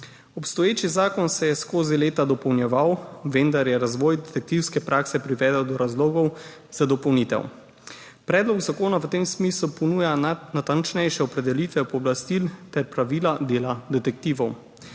Obstoječi zakon se je skozi leta dopolnjeval, vendar je razvoj detektivske prakse privedel do razlogov za dopolnitev. Predlog zakona v tem smislu ponuja natančnejšo opredelitev pooblastil ter pravila dela detektivov.